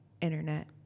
Internet